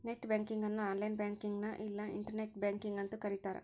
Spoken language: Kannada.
ನೆಟ್ ಬ್ಯಾಂಕಿಂಗ್ ಅನ್ನು ಆನ್ಲೈನ್ ಬ್ಯಾಂಕಿಂಗ್ನ ಇಲ್ಲಾ ಇಂಟರ್ನೆಟ್ ಬ್ಯಾಂಕಿಂಗ್ ಅಂತೂ ಕರಿತಾರ